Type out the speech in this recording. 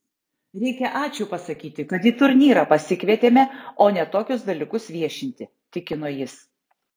reikia ačiū pasakyti kad į turnyrą pasikvietėme o ne tokius dalykus viešinti tikino jis